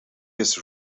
his